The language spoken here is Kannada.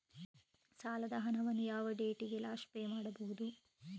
ಸಾಲದ ಹಣವನ್ನು ಯಾವ ಡೇಟಿಗೆ ಲಾಸ್ಟ್ ಪೇ ಮಾಡುವುದು?